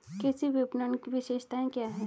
कृषि विपणन की विशेषताएं क्या हैं?